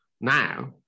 now